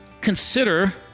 consider